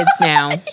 now